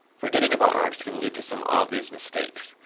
forgetting about arcs can lead to some obvious mistakes.